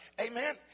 Amen